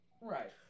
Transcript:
Right